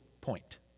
point